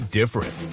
different